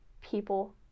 people